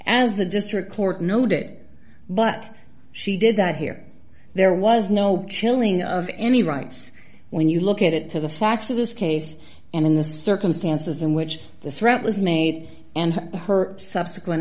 as the district court noted it but she did that here there was no killing of any rights when you look at it to the facts of this case and in the circumstances in which the threat was made and her subsequent